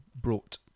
brought